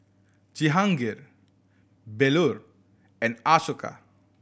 Jehangirr Bellur and Ashoka